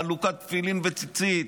חלוקת תפילין וציצית.